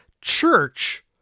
church